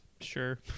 Sure